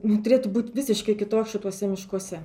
nu tūrėtų būt visiškai kitoks šituose miškuose